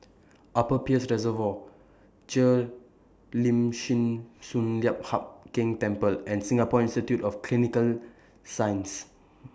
Upper Peirce Reservoir Cheo Lim Chin Sun Lian Hup Keng Temple and Singapore Institute For Clinical Sciences